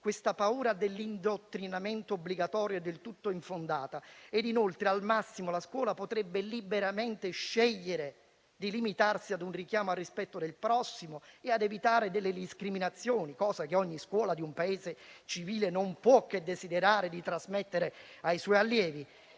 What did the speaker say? Questa paura dell'indottrinamento obbligatorio è del tutto infondata e inoltre al massimo la scuola potrebbe liberamente scegliere di limitarsi a un richiamo al rispetto del prossimo e a evitare delle discriminazioni, cosa che ogni scuola di un Paese civile non può che desiderare di trasmettere ai suoi allievi.